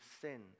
sin